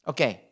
Okay